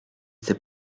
sais